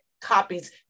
Copies